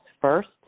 first